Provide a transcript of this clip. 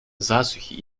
засухи